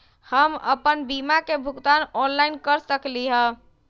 हम अपन बीमा के भुगतान ऑनलाइन कर सकली ह?